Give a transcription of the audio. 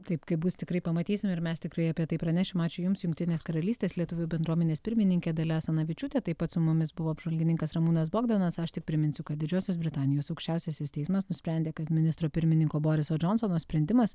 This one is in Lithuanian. taip kaip bus tikrai pamatysime ir mes tikrai apie tai pranešim ačiū jums jungtinės karalystės lietuvių bendruomenės pirmininkė dalia asanavičiūtė taip pat su mumis buvo apžvalgininkas ramūnas bogdanas aš tik priminsiu kad didžiosios britanijos aukščiausiasis teismas nusprendė kad ministro pirmininko boriso džonsono sprendimas